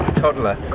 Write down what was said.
toddler